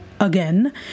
again